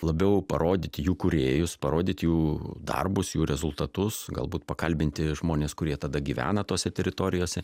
labiau parodyt jų kūrėjus parodyt jų darbus jų rezultatus galbūt pakalbinti žmones kurie tada gyvena tose teritorijose